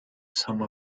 some